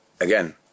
Again